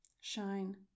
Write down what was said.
shine